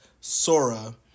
Sora